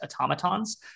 automatons